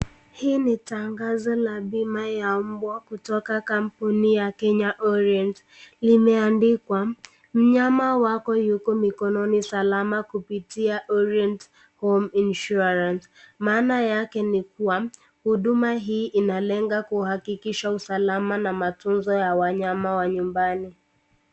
Hii ni tangazo la bima ya mbwa kutoka kampuni ya Kenya, [Orient]. Limeandikwa, "Mnyama wako yuko mikononi salama kupitia [orient home insurance]." Maana yake ni kuwa huduma hii inalenga kuhakikisha usalama na matunzo ya wanyama wa nyumbani.